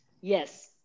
Yes